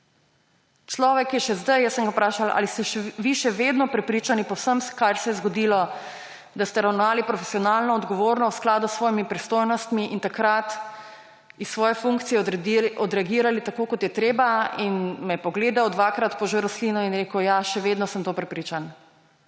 Človek, ki je še zdaj … Jaz sem ga vprašala: Ali ste vi še vedno prepričani po vsem, kar se je zgodilo, da ste ravnali profesionalno, odgovorno, v skladu s svojimi pristojnostmi in takrat iz svoje funkcije odreagirali tako, kot je treba? In me je pogledal, dvakrat požrl slino in rekel: Ja, še vedno sem v to prepričan.